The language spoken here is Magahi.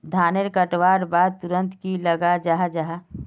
धानेर कटवार बाद तुरंत की लगा जाहा जाहा?